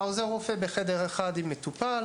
עוזר הרופא נמצא בחדר אחד עם מטופל,